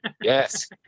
yes